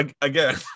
again